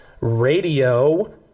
radio